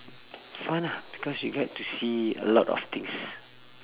fun lah because you get to see a lot of things